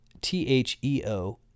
T-H-E-O